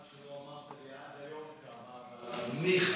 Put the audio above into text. חבל שלא אמרת לי עד היום כמה, אבל ניחא.